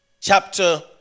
chapter